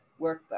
Workbook